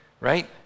right